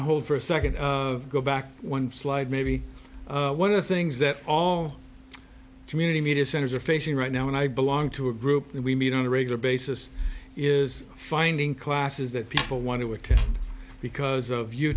to hold for a second go back one slide maybe one of the things that all community media centers are facing right now and i belong to a group that we meet on a regular basis is finding classes that people want to attend because of you